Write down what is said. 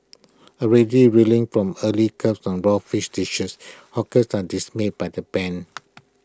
already reeling from earlier curbs on raw fish dishes hawkers are dismayed by the ban